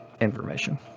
information